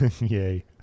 Yay